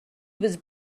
was